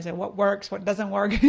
and what works, what doesn't work.